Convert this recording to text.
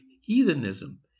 heathenism